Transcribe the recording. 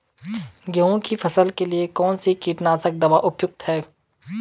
गेहूँ की फसल के लिए कौन सी कीटनाशक दवा उपयुक्त होगी?